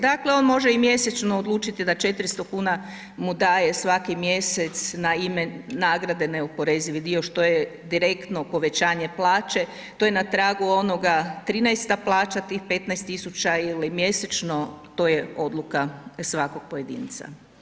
Dakle on može i mjesečno odlučiti da 400 kn mu daje svaki mjesec na ime nagrade neoporezivi dio što je direktno povećanje plaće, to je na tragu onoga 13. plaćam, tih 15 000 ili mjesečno, to je odluka svakog pojedinca.